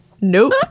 Nope